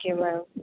okay ma'am